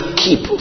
keep